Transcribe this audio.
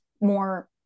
more